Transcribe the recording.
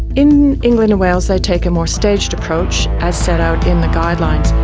in england and wales they take a more staged approach as set out in the guidelines.